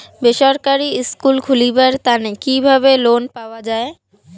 বেসরকারি স্কুল খুলিবার তানে কিভাবে লোন পাওয়া যায়?